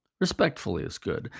respectfully is good.